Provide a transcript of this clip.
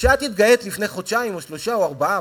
וכשאת התגאית לפני חודשיים או שלושה או ארבעה,